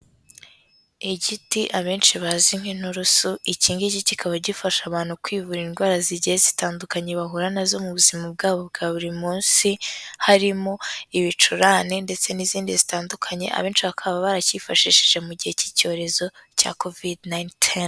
Igiti abenshi bazi nk'inturusu, iki ngiki kikaba gifasha abantu kwivura indwara zigiye zitandukanye bahura na zo mu buzima bwabo bwa buri munsi, harimo ibicurane ndetse n'izindi zitandukanye, abenshi bakaba baracyifashishije mu gihe cy'icyorezo cya covid nineteen.